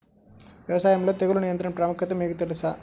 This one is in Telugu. వ్యవసాయంలో తెగుళ్ల నియంత్రణ ప్రాముఖ్యత మీకు తెలుసా?